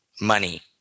money